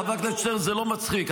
חבר הכנסת שטרן, זה לא מצחיק.